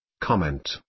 Comment